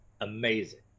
amazing